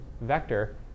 vector